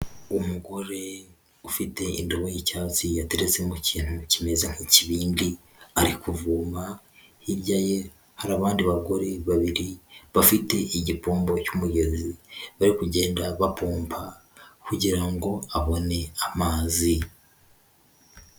Umugore ufite indobo y'icyatsi yatereretse mu kintu kimeze nk'ikibindi, ari kuvoma hijya ye hari abandi bagore babiri bafite igipombo cy'umugezi, bari kugenda bapomba kugira ngo abone amazi.